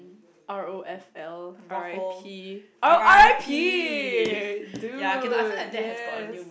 R_O_F_L R_I_P oh R_I_P dude yes